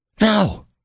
No